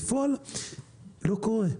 בפועל לא קורה.